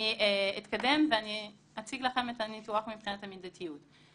אני אתקדם ואציג לכם את הניתוח מבחינת המידתיות.